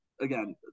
again